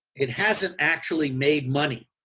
it hasn't actually made money.